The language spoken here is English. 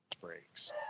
breaks